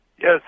Yes